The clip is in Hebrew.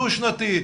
דו שנתי,